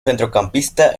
centrocampista